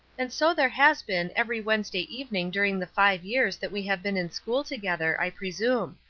and so there has been every wednesday evening during the five years that we have been in school together, i presume.